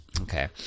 Okay